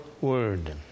word